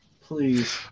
please